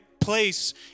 place